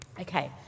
Okay